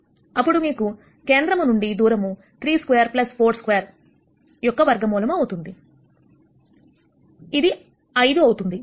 34 ఉన్నది అప్పుడు మీకు కేంద్రము నుండి దూరము 3242 యొక్క వర్గం మూలము అవుతుంది అది 5 అవుతుంది